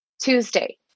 Tuesday